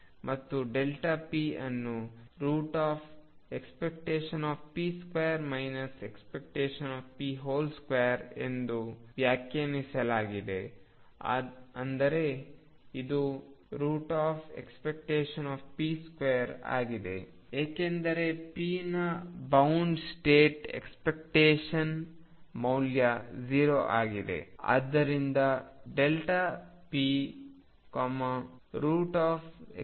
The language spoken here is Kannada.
ಮತ್ತು p ಅನ್ನು ⟨p2⟩ ⟨p⟩2 ಎಂದು ವ್ಯಾಖ್ಯಾನಿಸಲಾಗಿದೆ ಅಂದರೆ ಇದು ⟨p2⟩ ಆಗಿದೆ ಏಕೆಂದರೆ p ನ ಬೌಂಡ್ ಸ್ಟೇಟ್ ಎಕ್ಸ್ಪೆಕ್ಟೇಶನ್ ಮೌಲ್ಯ 0 ಆಗಿದೆ